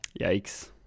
Yikes